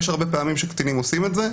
יש הרבה פעמים שקטינים עושים את זה,